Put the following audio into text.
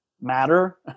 matter